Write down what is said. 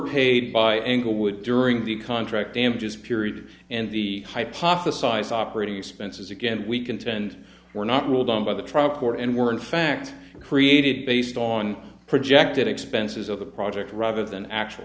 paid by englewood during the contract damages period and the hypothesized operating expenses again we contend were not ruled on by the trial court and were in fact created based on projected expenses of the project rather than actual